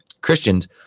Christian's